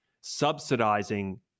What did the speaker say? subsidizing